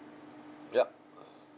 yup